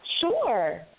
Sure